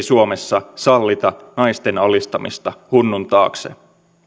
suomessa sallita naisten alistamista hunnun taakse